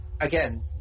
again